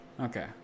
Okay